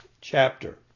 chapter